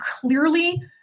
clearly